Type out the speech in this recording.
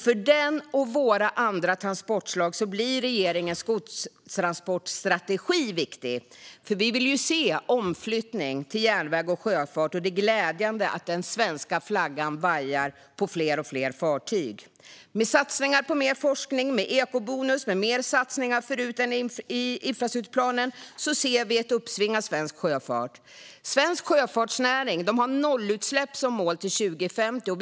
För den och för våra andra transportslag blir regeringens godstransportstrategi viktig. Vi vill ju se omflyttning till järnväg och sjöfart, och det är glädjande att den svenska flaggan vajar på fler och fler fartyg. Med satsningar på mer forskning, med ekobonus och med mer satsningar än förut i infrastrukturplanen ser vi ett uppsving för svensk sjöfart. Svensk sjöfartsnäring har nollutsläpp som mål till 2050.